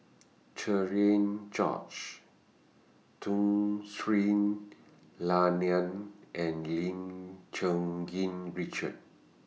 Cherian George Tun Sri Lanang and Lim Cherng Yih Richard